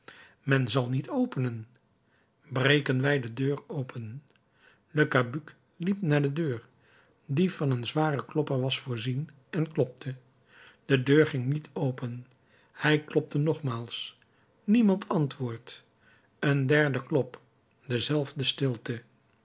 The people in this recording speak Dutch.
men zal niet openen breken wij de deur open le cabuc liep naar de deur die van een zwaren klopper was voorzien en klopte de deur ging niet open hij klopt nogmaals niemand antwoordt een derde klop dezelfde stilte